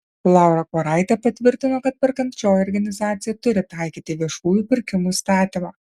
laura kuoraitė patvirtino kad perkančioji organizacija turi taikyti viešųjų pirkimų įstatymą